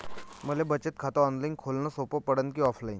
मले बचत खात ऑनलाईन खोलन सोपं पडन की ऑफलाईन?